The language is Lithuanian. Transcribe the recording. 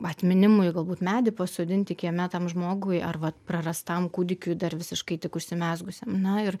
atminimui galbūt medį pasodinti kieme tam žmogui ar vat prarastam kūdikiui dar visiškai tik užsimezgusiam na ir